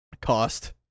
cost